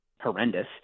horrendous